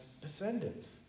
descendants